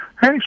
Hey